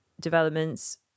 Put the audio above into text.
developments